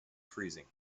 freezing